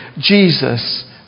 Jesus